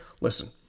Listen